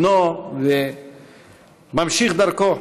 בנו וממשיך דרכו.